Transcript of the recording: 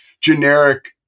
generic